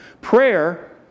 Prayer